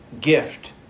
gift